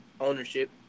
ownership